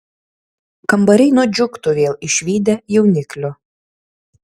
kambariai nudžiugtų vėl išvydę jauniklių